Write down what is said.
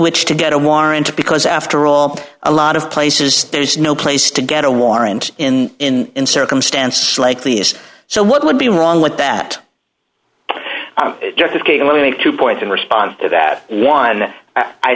which to get a warrant because after all a lot of places there's no place to get a warrant in in in circumstances like lease so what would be wrong with that i'm going to point in response to that one i